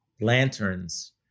lanterns